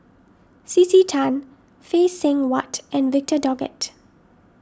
C C Tan Phay Seng Whatt and Victor Doggett